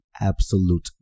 absolute